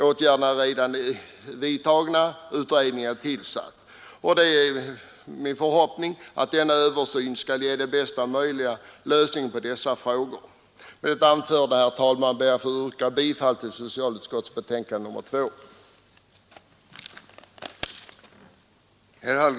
Åtgärderna är redan vidtagna, utredningen är tillsatt. Det är min förhoppning att denna översyn skall ge bästa möjliga lösning på denna fråga. Med det anförda, herr talman, ber jag att få yrka bifall till socialutskottets hemställan.